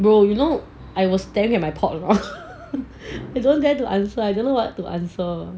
bro you know I was staring at my pot it don't dare to answer I don't know what to answer